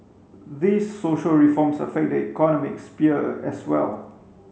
these social reforms affect the economic sphere as well